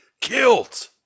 Killed